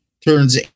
turns